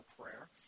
prayer